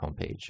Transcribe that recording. homepage